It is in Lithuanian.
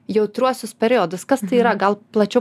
jautriuosius periodus kas tai yra gal plačiau